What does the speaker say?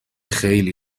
خیلی